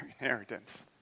inheritance